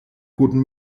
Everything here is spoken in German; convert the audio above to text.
guten